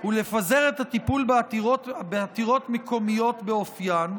ולפזר את הטיפול בעתירות מקומיות באופיין,